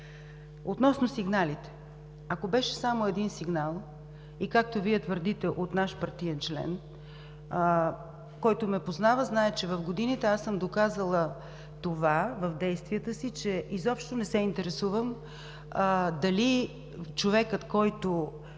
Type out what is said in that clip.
Относно сигналите. Ако беше само един сигнал и, както Вие твърдите, от наш партиен член, който ме познава, знае, че в годините аз съм доказала това в действията си, че изобщо не се интересувам дали човекът, който